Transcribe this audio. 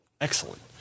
Excellent